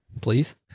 please